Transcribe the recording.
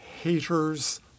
haters